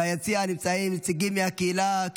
ביציע נמצאים נציגים מהקהילה,